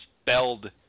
spelled